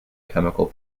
chemical